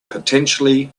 potentially